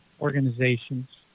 organizations